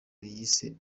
yise